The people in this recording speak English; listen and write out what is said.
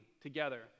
together